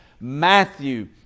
Matthew